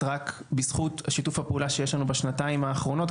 בזכות שיתוף הפעולה שיש לנו בשנתיים האחרונות,